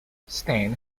stan